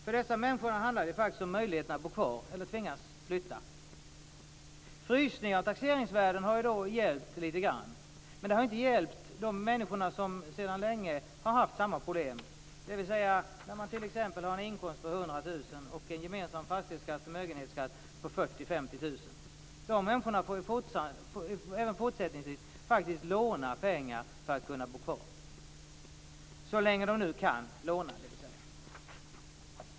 För dessa människor handlar det faktiskt om möjligheten om bo kvar eller att tvingas att flytta. Frysningen av taxeringsvärden har hjälpt lite grann, men det har inte hjälpt de människor som sedan länge har haft samma problem, dvs. att man t.ex. har en inkomst på 100 000 kr och en gemensam fastighetsskatt och förmögenhetsskatt på 40 000 50 000 kr. De människorna får även fortsättningsvis låna pengar för att kunna bo kvar, så länge de nu kan låna.